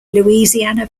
louisiana